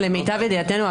למיטב ידיעתנו,